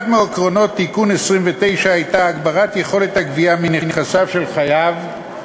אחד מעקרונות תיקון 29 היה הגברת יכולת הגבייה מנכסיו של חייב,